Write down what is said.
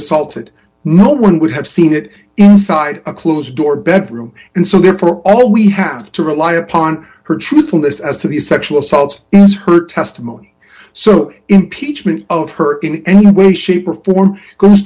assaulted no one would have seen it inside a closed door bedroom and so therefore all we have to rely upon her truthfulness as to the sexual assaults is her testimony so impeachment of her in any way shape or form comes